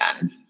done